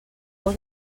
por